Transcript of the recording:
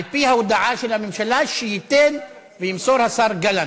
על-פי ההודעה של הממשלה, שייתן וימסור השר גלנט.